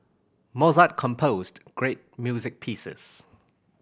Mozart composed great music pieces